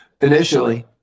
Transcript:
Initially